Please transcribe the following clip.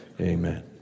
amen